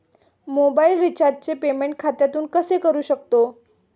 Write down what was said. Mobile रिचार्जचे payment खात्यातून कसे करू शकतो?